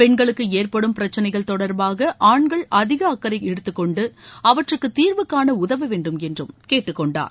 பெண்களுக்கு ஏற்படும் பிரச்சினைகள் தொடர்பாக ஆண்கள் அதிக அக்கறை எடுத்துக்கொண்டு அவற்றுக்கு தீர்வு காண உதவ வேண்டும் என்று கேட்டுக்கொண்டார்